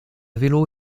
vélo